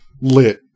lit